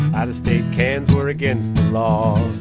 out-of-state cans were against the law.